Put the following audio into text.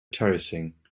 terracing